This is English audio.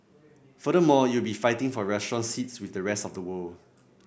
furthermore you will be fighting for restaurant seats with the rest of the world